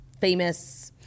famous